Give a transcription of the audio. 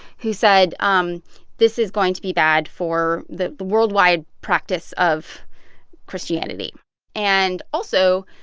who said um this is going to be bad for the the worldwide practice of christianity and also,